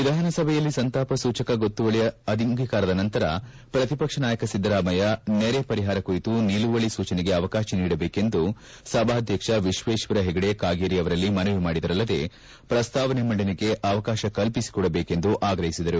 ವಿಧಾನಸಭೆಯಲ್ಲಿ ಸಂತಾಪ ಸೂಚಕ ಗೊತ್ತುವಳಿ ಅಂಗೀಕಾರದ ನಂತರ ಪ್ರತಿಪಕ್ಷ ನಾಯಕ ಸಿದ್ದರಾಮಯ್ಯ ನೆರೆ ಪರಿಷಾರ ಕುರಿತು ನಿಲುವಳಿ ಸೂಚನೆಗೆ ಅವಕಾಶ ನೀಡಬೇಕೆಂದು ಸಭಾದ್ಯಕ್ಷ ವಿಶ್ವೇಶ್ವರ ಹೆಗಡೆ ಕಾಗೇರಿ ಅವರಲ್ಲಿ ಮನವಿ ಮಾಡಿದರಲ್ಲದೆ ಪ್ರಸ್ತಾವನೆ ಮಂಡನೆಗೆ ಅವಕಾಶ ಕಲ್ಪಿಸಿಕೊಡಬೇಕೆಂದು ಆಗ್ರಹಿಸಿದರು